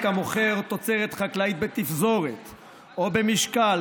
המוכר תוצרת חקלאית בתפזורת או במשקל,